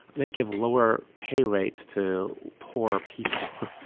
they give lower pay rates to poor people.